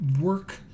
work